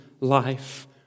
life